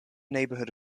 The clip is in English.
neighborhood